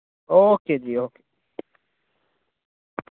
okay जी okay